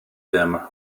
them